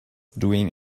doing